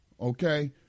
okay